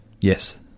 Yes